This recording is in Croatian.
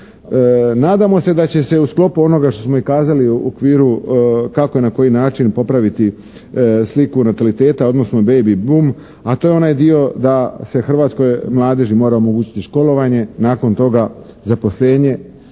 Nadamo se da će se u sklopu i onoga što smo kazali u okviru kako i na koji način popraviti sliku nataliteta odnosno "baby boom" a to je onaj dio da se hrvatskoj mladeži mora omogućiti školovanje, nakon toga zaposlenje,